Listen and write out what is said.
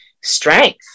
strength